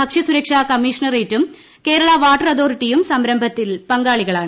ഭക്ഷ്യ സുരക്ഷാ കമ്മീഷണ്റെറ്റും കേരള വാട്ടർ അതോറിറ്റിയും സംരംഭത്തിൽ പങ്കാളിക്ളാണ്